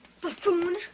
Buffoon